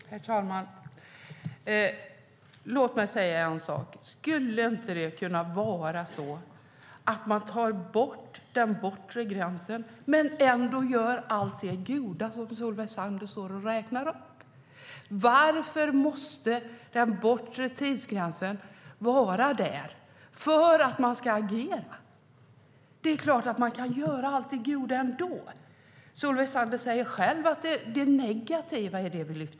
Herr talman! Låt mig fråga en sak: Skulle man inte kunna ta bort den bortre gränsen men ändå göra allt det goda som Solveig Zander står och räknar upp? Varför måste den bortre tidsgränsen vara där för att man ska agera? Det är klart att man kan göra allt det goda ändå. Solveig Zander säger själv att vi lyfter upp det negativa.